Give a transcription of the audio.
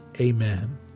Amen